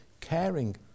caring